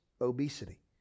obesity